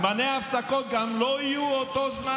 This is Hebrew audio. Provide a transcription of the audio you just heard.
זמני הפסקות גם לא יהיו אותו זמן,